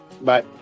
Bye